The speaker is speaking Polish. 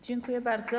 Dziękuję bardzo.